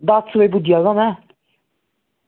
दस्स बजे पुज्जी जाह्गा में